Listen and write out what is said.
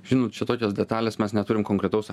žinot čia tokios detalės mes neturim konkretaus